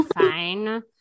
fine